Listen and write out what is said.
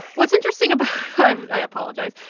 what's interesting about i apologize.